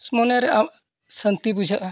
ᱢᱚᱱᱮ ᱨᱮ ᱥᱟᱹᱱᱛᱤ ᱵᱩᱡᱷᱟᱹᱜᱼᱟ